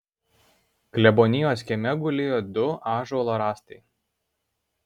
klebonijos kieme gulėjo du ąžuolo rąstai